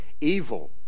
evil